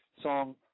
song